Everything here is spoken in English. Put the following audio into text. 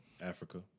Africa